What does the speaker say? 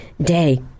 day